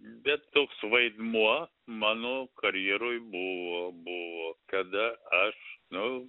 bet toks vaidmuo mano karjeroj buvo buvo kada aš nu